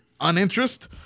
uninterest